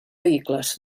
vehicles